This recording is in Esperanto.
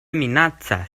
minacas